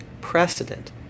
precedent